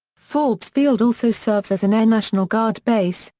forbes field also serves as an air national guard base,